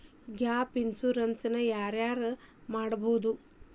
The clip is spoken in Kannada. ಗ್ಯಾಪ್ ಇನ್ಸುರೆನ್ಸ್ ನ ಯಾರ್ ಯಾರ್ ಮಡ್ಸ್ಬೊದು?